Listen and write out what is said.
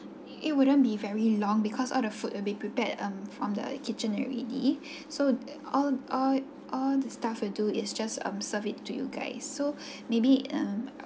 it wouldn't be very long because all the food will be prepared um from the kitchen already so all all all the staff will do is just um serve it to you guys so maybe um